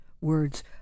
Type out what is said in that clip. Words